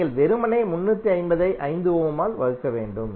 நீங்கள் வெறுமனே 350 ஐ 5 ஓம் ஆல் வகுக்க வேண்டும்